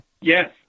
Yes